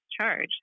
charge